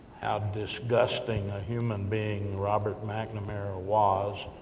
how disgusting, a human being, robert mcnamara was,